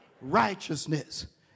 righteousness